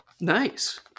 Nice